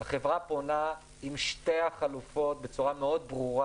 החברה פונה עם שתי החלופות בצורה מאוד ברורה.